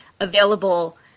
available